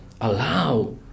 allow